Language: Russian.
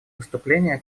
выступления